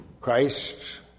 Christ